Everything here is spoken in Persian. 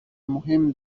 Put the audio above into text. مهم